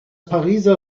pariser